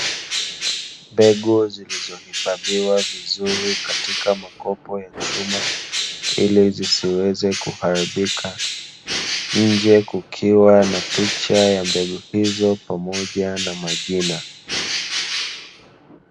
Mbengu zilizohifadhiwa vizuri, katika makopo ya chuma ili zisiweze kuharibika, nje kukiwa na picha ya mbegu hizo pamoja na majina.